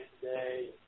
today